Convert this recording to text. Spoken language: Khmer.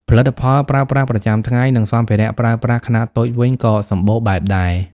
ផលិតផលប្រើប្រាស់ប្រចាំថ្ងៃ និងសម្ភារៈប្រើប្រាស់ខ្នាតតូចវិញក៏សម្បូរបែបដែរ ។